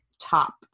top